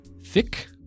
Thick